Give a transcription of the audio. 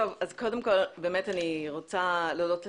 אני רוצה להודות לך,